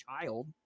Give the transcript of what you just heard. child